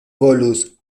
volus